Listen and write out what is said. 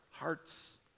Hearts